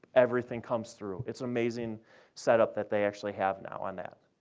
everything comes through. it's an amazing setup that they actually have now on that.